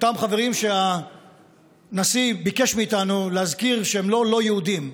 אותם חברים שהנשיא ביקש מאיתנו להזכיר שהם לא לא-יהודים,